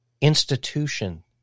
institution